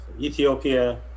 Ethiopia